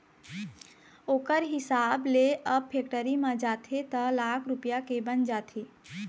ओखर हिसाब ले अब फेक्टरी म जाथे त लाख रूपया के बन जाथे